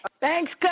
Thanks